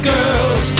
Girls